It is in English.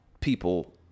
people